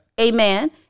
Amen